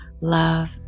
love